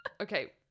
Okay